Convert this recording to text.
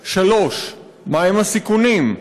3. מהם הסיכונים?